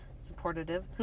supportive